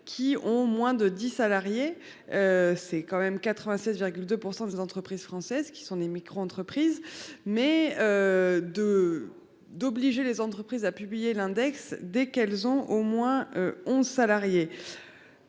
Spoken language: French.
qui ont moins de 10 salariés. C'est quand même 96,2% des entreprises françaises qui sont des micro-entreprises mais. De, d'obliger les entreprises à publier l'index dès qu'elles ont au moins 11 salariés.